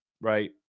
right